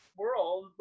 world